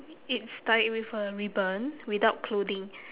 it's tied with a ribbon without clothing